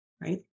right